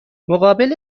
مقابل